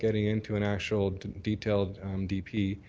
getting into an actual detailed dp,